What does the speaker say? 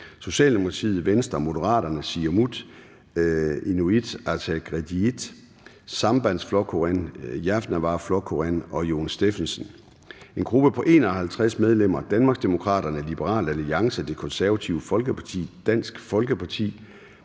Socialdemokratiet, Venstre, Moderaterne, Siumut (SIU), Inuit Ataqatigiit (IA), Sambandsflokkurin (SP), Javnaðarflokkurin (JF) og Jon Stephensen (UFG); en gruppe på 51 medlemmer: Danmarksdemokraterne, Liberal Alliance, Det Konservative Folkeparti, Dansk Folkeparti,